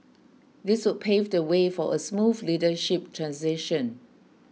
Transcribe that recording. this would pave the way for a smooth leadership transition